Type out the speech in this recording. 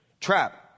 trap